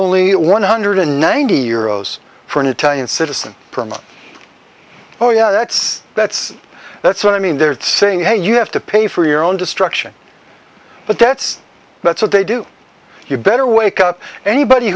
only one hundred ninety euro's for an italian citizen per month oh yeah that's that's that's what i mean they're saying hey you have to pay for your own destruction but that's that's what they do you better wake up anybody